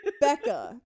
Becca